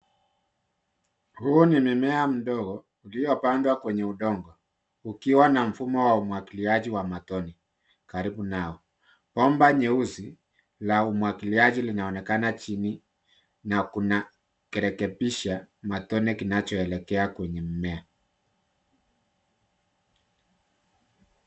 Huu ni mimea mdogo uliopandwa kwenye udongo ukiwa na mfumo wa umwagiliaji wa matone karibu nao. Bomba nyeusi ya umwagiliaji linaonekana chini na kuna kerekebisha matone kinachoelekea kwenye mmea.